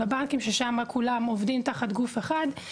מול הבנקים ששם כולם עובדים תחת גוף אחד.